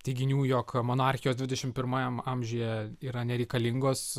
teiginių jog monarchijos dvidešim pirmajam amžiuje yra nereikalingos